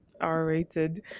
r-rated